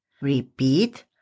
Repeat